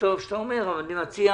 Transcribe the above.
טוב שאתה אומר אבל אני מציע